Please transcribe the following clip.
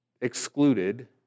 excluded